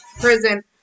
prison